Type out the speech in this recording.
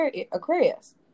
Aquarius